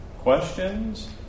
Questions